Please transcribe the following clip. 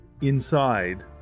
inside